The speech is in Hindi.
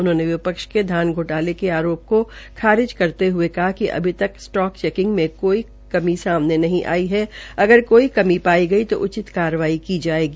उन्होंने विपक्ष के धान घोटाने के आरोप को खारिज करते हये कहा कि अभी तक स्टॉक चैकिंग में कोई कभी सामने नहीं आई है अगर कमी पाई जो उचित कार्रवाई की जायेगी